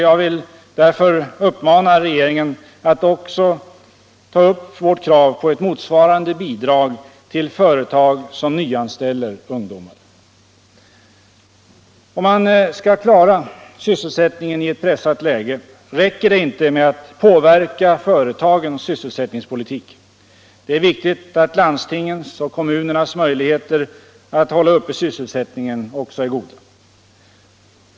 Jag vill därför uppmana regeringen att också ta upp vårt krav på ett motsvarande bidrag till företag som nyanställer ungdomar. Om man skall klara sysselsättningen i ett pressat läge räcker det inte med att påverka företagens sysselsättningspolitik. Det är viktigt att också landstingens och kommunernas möjligheter att hålla uppe sysselsättningen är goda.